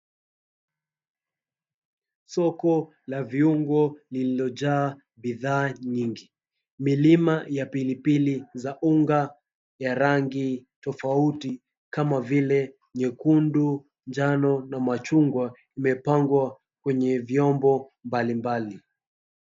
Soko la viungo lililojaa bidhaa nyingi. Milima ya pilipili za unga ya rangi tofauti kama vile nyekundu, njano na machungwa imepangwa kwenye vyombo mbalimbali.